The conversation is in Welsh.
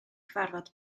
cyfarfod